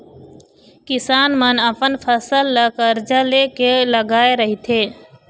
किसान मन अपन फसल ल करजा ले के लगाए रहिथे